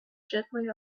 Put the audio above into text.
gently